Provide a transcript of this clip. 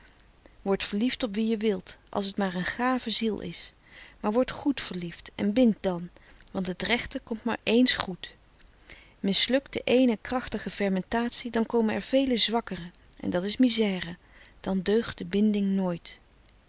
word verliefd op wie je wilt als t maar een gave ziel is maar word goed verliefd en bind dan want het rechte komt maar ééns goed mislukt de eene krachtige fermentatie dan komen er vele zwakkere en dat is misère dan deugt de binding nooit